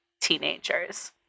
teenagers